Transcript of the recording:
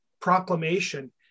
proclamation